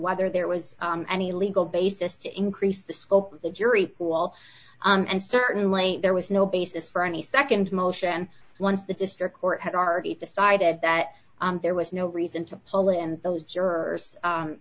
whether there was any legal basis to increase the scope of the jury pool and certainly there was no basis for any nd motion once the district court had already decided that there was no reason to pull in those jurors